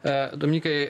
a dominykai